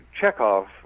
Chekhov